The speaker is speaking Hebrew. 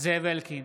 זאב אלקין,